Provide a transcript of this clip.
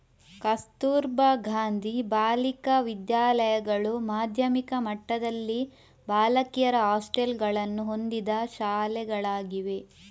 ಕಸ್ತೂರಬಾ ಗಾಂಧಿ ಬಾಲಿಕಾ ವಿದ್ಯಾಲಯಗಳು ಮಾಧ್ಯಮಿಕ ಮಟ್ಟದಲ್ಲಿ ಬಾಲಕಿಯರ ಹಾಸ್ಟೆಲುಗಳನ್ನು ಹೊಂದಿದ ಶಾಲೆಗಳಾಗಿವೆ